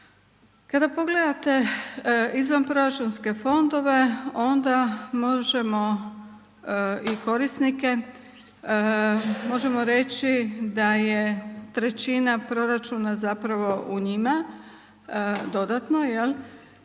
Kada pogledate izvanproračunske fondove onda možemo i korisnike, možemo reći da je trećina proračuna zapravo u njima dodatno jel,